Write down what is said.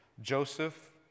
Joseph